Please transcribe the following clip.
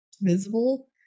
visible